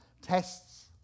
tests